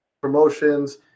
promotions